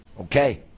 Okay